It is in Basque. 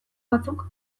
batzuk